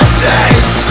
face